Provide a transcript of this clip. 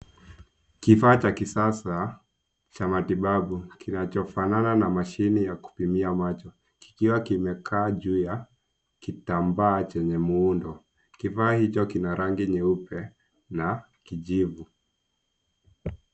Kifaa cha kisasa cha matibabu kinachofanana na mashine ya kupimia maji, kikiwa kimekaa juu ya kitambaa chenye muundo. Kifaa hicho kina rangi nyeupe na kijivu.